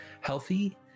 healthy